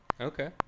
Okay